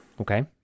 Okay